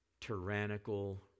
tyrannical